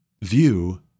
view